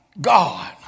God